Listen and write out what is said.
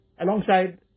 alongside